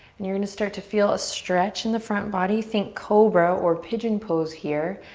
and you're gonna start to feel a stretch in the front body. think cobra or pigeon pose here.